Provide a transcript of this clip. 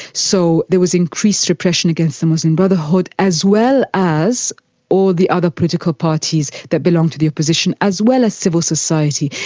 so there was increased repression against the muslim brotherhood, as well as all the other political parties that belonged to the opposition, as well as civil society.